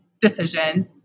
decision